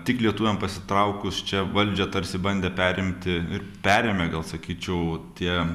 tik lietuviam pasitraukus čia valdžią tarsi bandė perimti ir perėmė gal sakyčiau tie